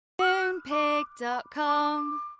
Moonpig.com